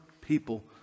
people